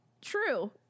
True